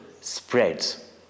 spreads